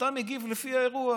ואתה מגיב לפי האירוע.